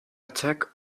attack